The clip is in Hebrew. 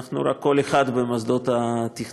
אנחנו רק קול אחד במוסדות התכנון,